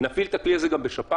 נפעיל את הכלי הזה גם בשפעת?